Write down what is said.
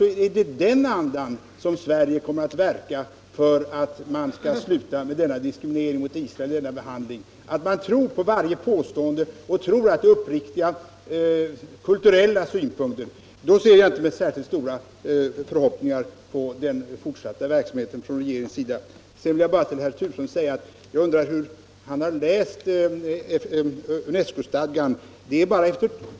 Är det i den andan som Sverige kommer att verka för att få ett slut på diskrimineringen av Israel, att man tror på varje påstående och tror att det är uppriktiga kulturella synpunkter som förs fram, då ser jag inte med särskilt stora förhoppningar på den fortsatta verksamheten från regeringens sida. Sedan vill jag bara till herr Turesson säga att jag undrar hur han har läst UNESCO-stadgan.